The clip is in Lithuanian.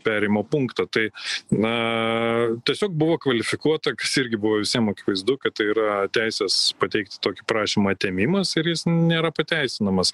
perėjimo punktą tai na tiesiog buvo kvalifikuota kas irgi buvo visiem akivaizdu kad tai yra teisės pateikti tokį prašymą atėmimas ir jis nėra pateisinamas